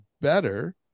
better